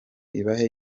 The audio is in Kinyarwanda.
ibahe